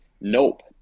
Nope